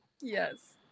Yes